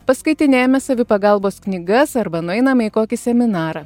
paskaitinėjame savipagalbos knygas arba nueiname į kokį seminarą